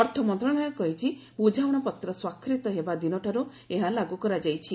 ଅର୍ଥମନ୍ତ୍ରଣାଳୟ କହିଛି ବୁଝାମଣାପତ୍ର ସ୍ୱାକ୍ଷରିତ ହେବା ଦିନଠାରୁ ଏହା ଲାଗୁ କରାଯାଇଛି